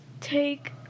take